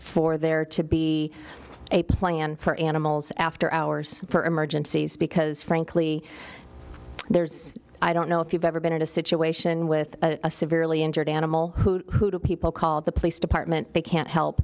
for there to be a plan for animals after hours for emergencies because frankly there's i don't know if you've ever been in a situation with a severely injured animal who people call the police department they can't help